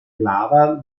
lava